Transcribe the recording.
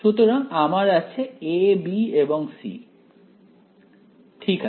সুতরাং আমার a b এবং c আছে ঠিক